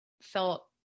felt